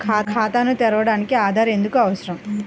ఖాతాను తెరవడానికి ఆధార్ ఎందుకు అవసరం?